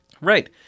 Right